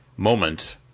moment